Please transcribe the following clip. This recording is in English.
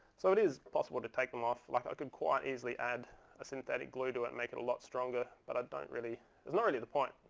so it is possible to take them off. like i could quite easily add a synthetic glue to it and make it a lot stronger. but i don't really it's not really the point.